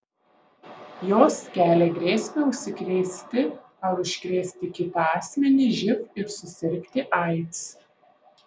jos kelia grėsmę užsikrėsti ar užkrėsti kitą asmenį živ ir susirgti aids